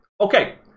okay